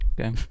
Okay